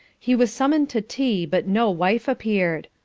he was summoned to tea, but no wife appeared.